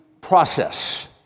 process